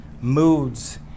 moods